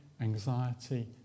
anxiety